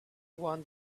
one